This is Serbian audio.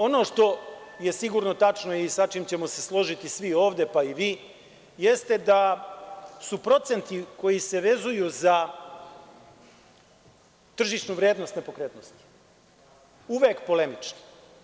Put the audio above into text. Ono što je sigurno tačno i sa čime ćemo se složiti svi ovde, pa i vi, jeste da su procenti koji se vezuju za tržišnu vrednost nepokretnosti uvek polemične.